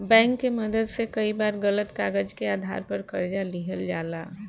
bank के मदद से कई बार गलत कागज के आधार पर कर्जा लिहल जाला